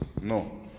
No